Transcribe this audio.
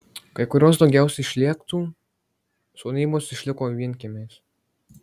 kai kurios daugiausiai šlėktų sodybos išliko vienkiemiais